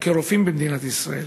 או כרופאים במדינת ישראל,